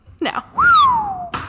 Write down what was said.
Now